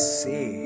see